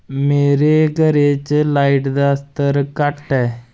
मेरे घरै च लाइट दा स्तर घट्ट ऐ